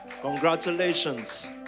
congratulations